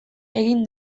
egin